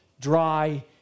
dry